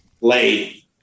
late